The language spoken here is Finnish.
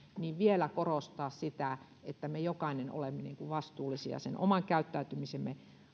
tulisi vielä korostaa sitä että me jokainen olemme vastuullisia sen oman käyttäytymisemme